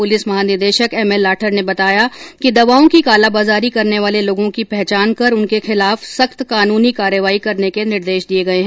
police महानिदेशक M L Lather ने बताया कि दवाओं की कालाबाजारी करने वाले लोगों की पहचान कर उनके खिलाफ सख्त कानूनी कार्रवाई करने के निर्देश दिए गए है